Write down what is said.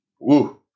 Woo